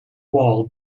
wall